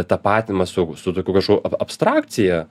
tapatinimas su su tokiu kažko abstrakcija